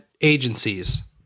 agencies